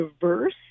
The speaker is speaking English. diverse